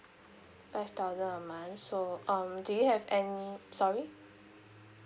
five thousand a month so um do you have any sorry